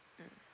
mm